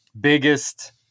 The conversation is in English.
biggest